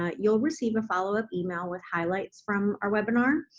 ah you'll receive a follow-up email with highlights from our webinar,